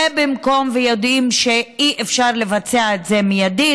ויודעים שאי-אפשר לבצע את זה מיידית.